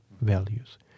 values